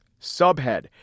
Subhead